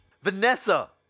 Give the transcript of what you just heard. Vanessa